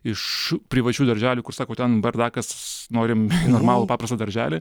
iš privačių darželių kur sako ten bardakas norim į normalų paprastą darželį